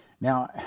Now